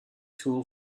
tool